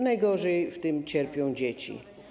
Najgorzej na tym cierpią dzieci.